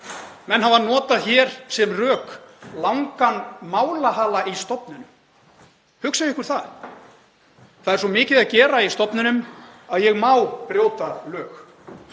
Menn hafa notað hér sem rök langan málahala í stofnunum. Hugsið ykkur það. Það er svo mikið að gera í stofnunum að ég má brjóta lög.